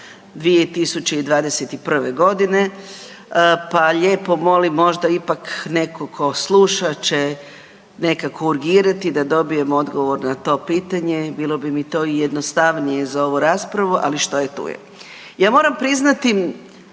2021. g. pa lijepo molim, možda ipak netko tko sluša će nekako urgirati da dobijem odgovor na to pitanje, bilo bi mi to i jednostavnije za ovu raspravu, ali što je tu je. Ja moram priznati,